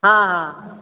हा हा